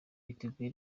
biteguye